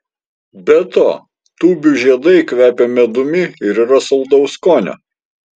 be to tūbių žiedai kvepia medumi ir yra saldaus skonio